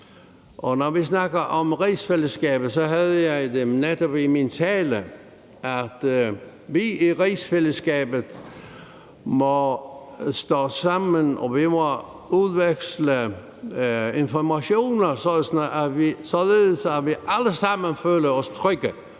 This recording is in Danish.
Og når vi snakker om rigsfællesskabet, havde jeg netop med i min tale, at vi i rigsfællesskabet må stå sammen og vi må udveksle informationer, således at vi alle sammen føler os trygge.